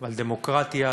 על דמוקרטיה,